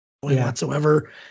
whatsoever